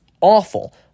awful